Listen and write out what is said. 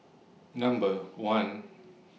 Number one